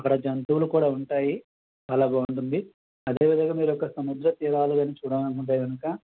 అక్కడ జంతువులు కూడా ఉంటాయి చాల బాగుంటుంది అదేవిధంగా మీరక్కడ సముద్ర తీరాలు గాని చూడాలనుకుంటే కనుక